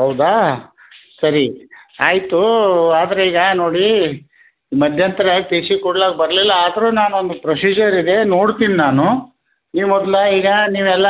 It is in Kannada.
ಹೌದಾ ಸರಿ ಆಯಿತು ಆದ್ರೀಗ ನೋಡಿ ಮಧ್ಯಂತ್ರ ಟಿ ಸಿ ಕೊಡ್ಲಾಕೆ ಬರಲಿಲ್ಲ ಆದರು ನಾನು ಒಂದು ಪ್ರೊಸೀಜರ್ ಇದೆ ನೋಡ್ತೀನಿ ನಾನು ನೀವು ಮೊದ್ಲೆ ಈಗ ನೀವೆಲ್ಲ